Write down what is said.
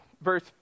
Verse